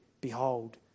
behold